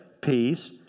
peace